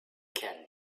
can